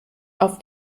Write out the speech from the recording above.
auf